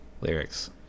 lyrics